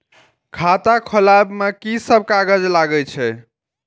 खाता खोलाअब में की सब कागज लगे छै?